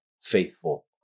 faithful